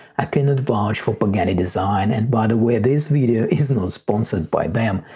i cannot vouch for pagani design and by the way this video is not sponsored by them.